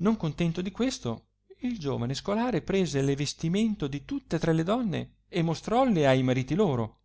non contento di questo il giovane scolare prese le vestimento di tutta tre le donne e mostrolle a i mariti loro